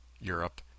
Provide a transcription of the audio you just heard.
Europe